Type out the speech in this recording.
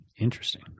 Interesting